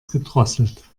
gedrosselt